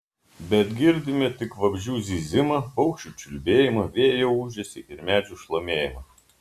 bet girdime tik vabzdžių zyzimą paukščių čiulbėjimą vėjo ūžesį ir medžių šlamėjimą